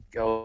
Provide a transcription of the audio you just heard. go